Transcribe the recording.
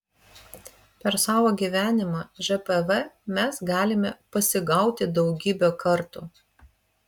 per savo gyvenimą žpv mes galime pasigauti daugybę kartų